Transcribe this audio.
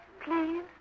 please